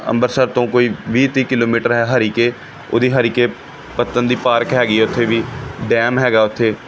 ਅੰਬਰਸਰ ਤੋਂ ਕੋਈ ਵੀਹ ਤੀਹ ਕਿਲੋਮੀਟਰ ਹੈ ਹਰੀਕੇ ਉਹਦੀ ਹਰੀਕੇ ਪੱਤਣ ਦੀ ਪਾਰਕ ਹੈਗੀ ਹੈ ਉੱਥੇ ਵੀ ਡੈਮ ਹੈਗਾ ਉੱਥੇ